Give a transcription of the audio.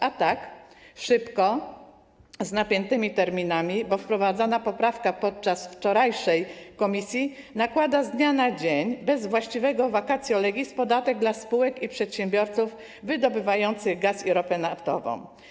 A tak to szybko, z napiętymi terminami, bo wprowadzona poprawka podczas wczorajszego posiedzenia komisji nakłada z dnia na dzień, bez właściwego vacatio legis, podatek dla spółek i przedsiębiorców wydobywających gaz i ropę naftową.